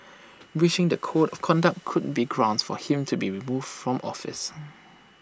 breaching the code of conduct could be grounds for him to be removed from office